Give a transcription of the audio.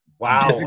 Wow